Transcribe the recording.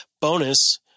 Bonus